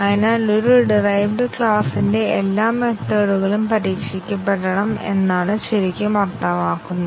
അതിനാൽ ഒരു ഡിറൈവ്ഡ് ക്ലാസിന്റെ എല്ലാ മെത്തേഡ്കളും പരീക്ഷിക്കപ്പെടണം എന്നാണ് ശരിക്കും അർത്ഥമാക്കുന്നത്